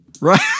Right